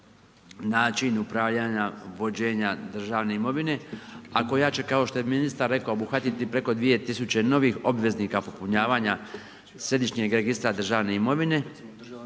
način upravljanja vođenja državne imovine a koja će kao što je ministar rekao obuhvatiti preko 2000 novih obveznika popunjavanja Središnjeg registra državne imovine